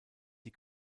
die